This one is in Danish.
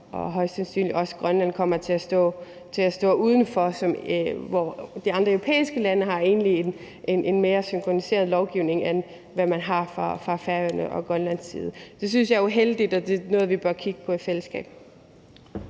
og sandsynligvis også Grønland kommer til at stå uden for, hvor de andre europæiske lande egentlig har en mere synkroniseret lovgivning, end hvad man har fra Færøerne og Grønlands side. Det synes jeg er uheldigt, og det er noget, vi bør kigge på i fællesskab.